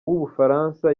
w’ubufaransa